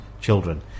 children